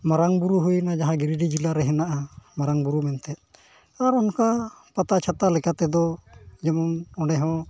ᱢᱟᱨᱟᱝ ᱵᱩᱨᱩ ᱦᱩᱭᱱᱟ ᱡᱟᱦᱟᱸ ᱜᱤᱨᱤᱰᱤ ᱡᱮᱞᱟ ᱨᱮ ᱦᱮᱱᱟᱜᱼᱟ ᱢᱟᱨᱟᱝ ᱵᱩᱨᱩ ᱢᱮᱱᱛᱮᱫ ᱟᱨ ᱚᱱᱠᱟ ᱯᱟᱛᱟ ᱪᱷᱟᱛᱟ ᱞᱮᱠᱟ ᱛᱮᱫᱚ ᱡᱮᱢᱚᱱ ᱚᱸᱰᱮ ᱦᱚᱸ